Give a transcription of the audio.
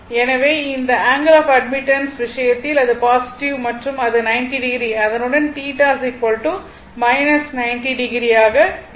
எனவே அந்த angle of admittance விஷயத்தில் அது பாசிட்டிவ் மற்றும் அது 90o அதனுடன் θ 90o ஆக இருக்கும்